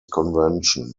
convention